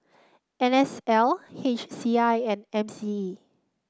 N S L H C I and M C E